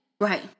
Right